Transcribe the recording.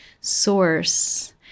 source